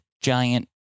giant